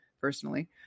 personally